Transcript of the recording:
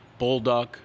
Bullduck